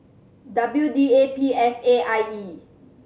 W D A P S A and I E